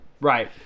right